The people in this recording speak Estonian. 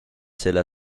selle